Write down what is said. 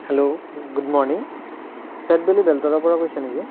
hello good morning ফেট বেলি বেলতলা পৰা কৈছে নেকি